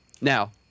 Now-